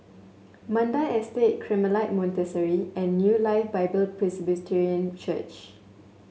Mandai Estate Carmelite Monastery and New Life Bible Presbyterian Church